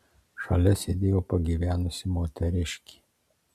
šalia sėdėjo pagyvenusi moteriškė